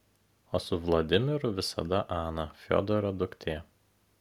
o su vladimiru visada ana fiodoro duktė